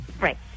Right